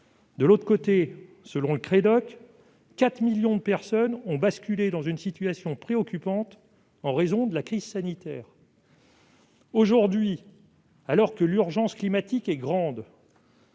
de vie (Crédoc), quatre millions de personnes ont basculé dans une situation préoccupante en raison de la crise sanitaire. Aujourd'hui, alors que l'urgence climatique est grande,